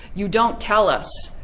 you don't tell us,